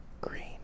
Green